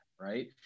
right